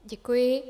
Děkuji.